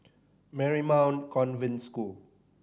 Marymount Convent School